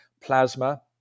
plasma